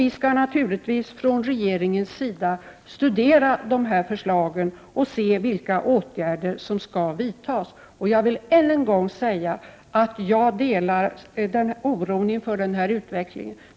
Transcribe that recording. Vi skall naturligtvis från regeringens sida studera de förslagen för att se vilka åtgärder som skall vidtas. Jag vill än en gång säga att jag delar oron inför den här utvecklingen.